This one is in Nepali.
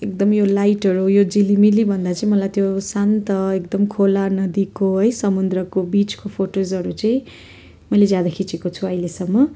एकदमै यो लाइटहरू यो झिलिमिली भन्दा चाहिँ मलाई त्यो शान्त एकदम खोला नदीको है समुद्रको बिचको फोटोजहरू चाहिँ मैले ज्यादा खिचेको छु अहिलेसम्म